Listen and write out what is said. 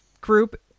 group